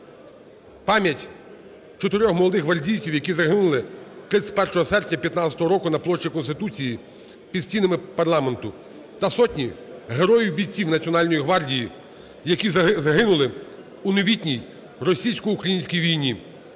пам'ять чотирьох молодих гвардійців, які загинули 31 серпня 2015 року на площі Конституції під стінами парламенту та сотні героїв-бійців Національної гвардії, які загинули у новітній російсько-українській війні.